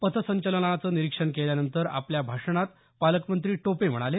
पथसंचलनाचं निरीक्षण केल्यानंतर आपल्या भाषणात पालकमंत्री टोपे म्हणाले